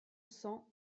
cents